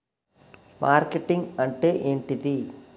Marketing అంటే ఏంటిది?